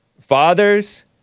fathers